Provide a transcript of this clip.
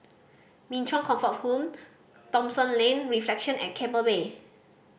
Min Chong Comfort Home Thomson Lane Reflection at Keppel Bay